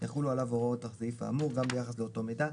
יחולו עליו ההוראות בסעיף האמור גם ביחס לאותו מידע".